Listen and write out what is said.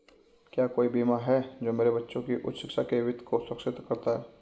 क्या कोई बीमा है जो मेरे बच्चों की उच्च शिक्षा के वित्त को सुरक्षित करता है?